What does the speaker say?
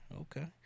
okay